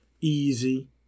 easy